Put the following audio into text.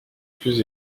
plus